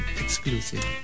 exclusive